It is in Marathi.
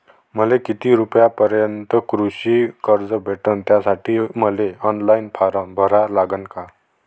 मले किती रूपयापर्यंतचं कृषी कर्ज भेटन, त्यासाठी मले ऑनलाईन फारम भरा लागन का?